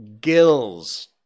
gills